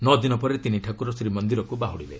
ନଅ ଦିନ ପରେ ତିନିଠାକୁର ଶ୍ରୀମନ୍ଦିରକୁ ବାହୁଡ଼ିବେ